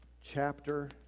chapter